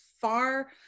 far